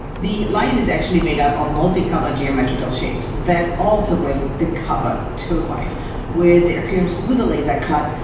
the lion is actually made up of multicolored geometrical shapes that also bring the cover to life with the appearance, through the laser cut,